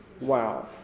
Wow